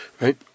right